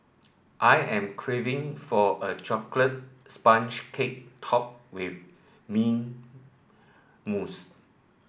I am craving for a chocolate sponge cake topped with mint mousse